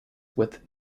with